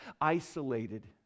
isolated